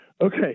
Okay